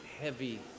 heavy